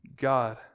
God